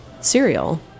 cereal